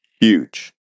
Huge